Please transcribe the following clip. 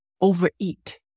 overeat